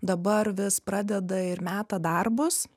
dabar vis pradeda ir meta darbus